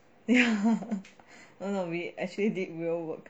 ya no no we actually did real work